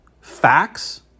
facts